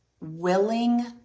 willing